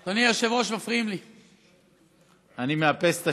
אבל זה לא משנה את העובדות.